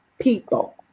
people